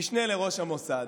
משנה לראש המוסד,